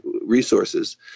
resources